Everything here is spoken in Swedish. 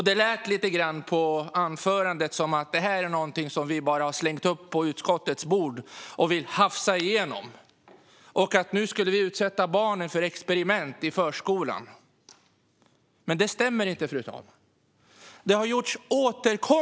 Det lät lite grann i anförandet som att detta bara är något som vi har slängt upp på utskottets bord och vill hafsa igenom och att vi nu skulle utsätta barnen i förskolan för experiment. Detta stämmer dock inte, fru talman.